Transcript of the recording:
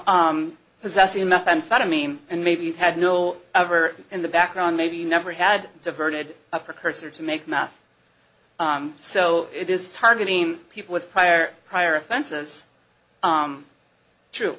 from possessing methamphetamine and maybe you had no ever in the background maybe never had diverted a precursor to make math so it is targeting people with prior prior offenses true